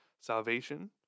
salvation